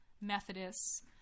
Methodists